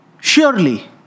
Surely